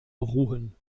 beruhen